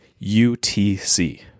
UTC